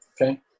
Okay